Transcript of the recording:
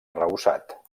arrebossat